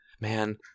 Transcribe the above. man